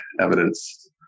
evidence